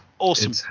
Awesome